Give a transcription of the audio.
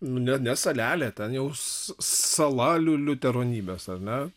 nu ne ne salelė ten jau sala liu liuteronybės ar ne